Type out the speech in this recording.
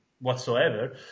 whatsoever